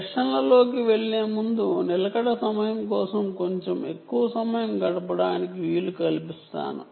సెషన్లలోకి వెళ్ళేముందు నిలకడ సమయం కోసం కొంచెం ఎక్కువ సమయం గడపడానికి వీలు కల్పిస్తాను